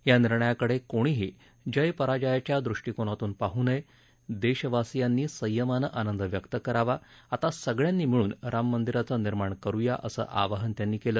या निर्णयाकडे कोणीही जय पराजयाच्या दृष्टीकोनातून पाह नये देशवासीयांनी संयमानं आनंद व्यक्त करावा आता सगळ्यांनी मिळून राम मंदिराचं निर्माण करुया असं आवाहन त्यांनी केलं